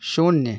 शून्य